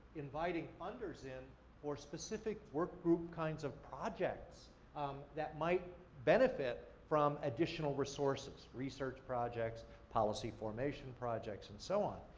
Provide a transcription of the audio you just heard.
inviting funders in for specific work-group kinds of projects that might benefit from additional resources, research projects, policy-formation projects and so on.